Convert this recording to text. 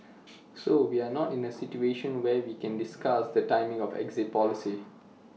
so we are not in A situation where we can discuss the timing of exit policy